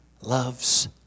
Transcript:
loves